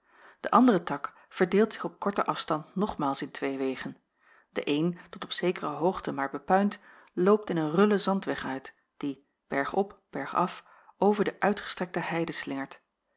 de andere tak verdeelt zich op korten afstand nogmaals in twee wegen de een tot op zekere hoogte maar bepuind loopt in een rullen zandweg uit die berg op berg af over de uitgestrekte heide